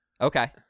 Okay